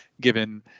given